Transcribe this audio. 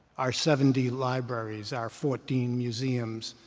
our seventy libraries, our fourteen museums,